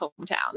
hometown